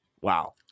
Wow